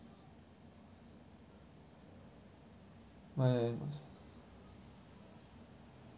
my